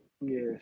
Yes